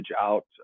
out